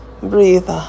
Breathe